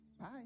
Bye